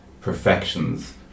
perfections